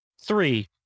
three